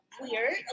weird